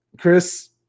Chris